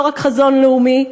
לא רק חזון לאומי,